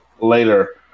later